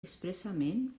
expressament